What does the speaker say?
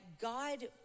God